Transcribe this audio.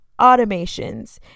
automations